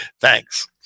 Thanks